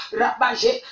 rabage